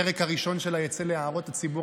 הפרק הראשון שלה יצא להערות הציבור